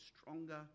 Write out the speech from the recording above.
stronger